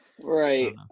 Right